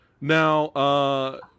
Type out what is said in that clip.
Now